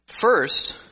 First